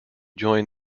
joined